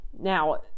now